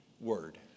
word